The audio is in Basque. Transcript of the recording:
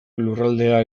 lurraldea